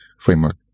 framework